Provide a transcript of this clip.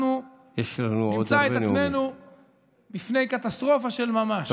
אנחנו נמצא את עצמנו בפני קטסטרופה של ממש.